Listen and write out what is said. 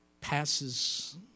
passes